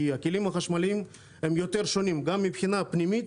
כי הכלים החשמליים הם שונים יותר גם מבחינה פנימית